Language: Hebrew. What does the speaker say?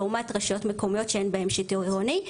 לעומת רשויות עירוניות שאין בהן שיטור עירוני.